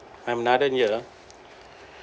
I'm Nathan here